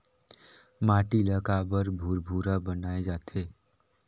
माटी ला काबर भुरभुरा बनाय जाथे?